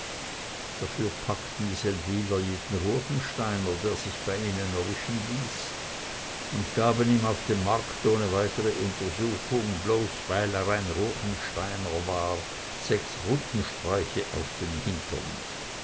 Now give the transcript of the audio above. dafür packten die seldwyler jeden ruechensteiner der sich bei ihnen erwischen ließ und gaben ihm auf dem markt ohne weitere untersuchung bloß weil er ein ruechensteiner war sechs rutenstreiche auf den hintern